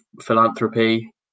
philanthropy